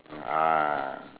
uh ah